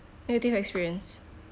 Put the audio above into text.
negative experience